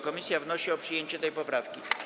Komisja wnosi o przyjęcie tej poprawki.